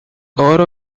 oro